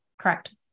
Correct